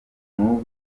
n’ubu